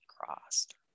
crossed